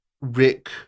Rick